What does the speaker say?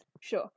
Sure